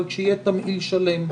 אבל כשיהיה תמהיל שלם.